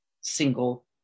single